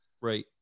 right